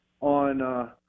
on